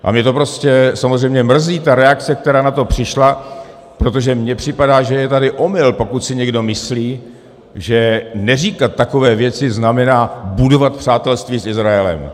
A mě samozřejmě mrzí ta reakce, která na to přišla, protože mně připadá, že je omyl, pokud si někdo myslí, že neříkat takové věci znamená budovat přátelství s Izraelem.